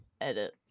edit